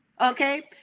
Okay